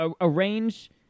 arrange